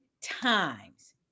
times